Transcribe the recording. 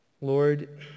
Lord